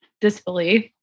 Disbelief